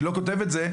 אני לא כותב את זה,